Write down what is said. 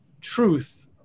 truth